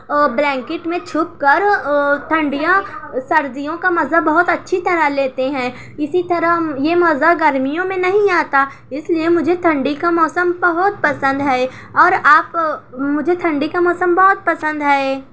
اور بلینکیٹ میں چھپ کر ٹھنڈیاں سردیوں کا مزہ بہت اچھی طرح لیتے ہیں اسی طرح یہ مزہ گرمیوں میں نہیں آتا اس لیے مجھے ٹھنڈی کا موسم بہت پسند ہے اور آپ مجھے ٹھنڈی کا موسم بہت پسند ہے